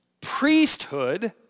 priesthood